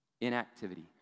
inactivity